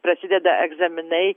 prasideda egzaminai